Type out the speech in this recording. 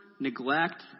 neglect